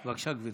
בבקשה, גברתי.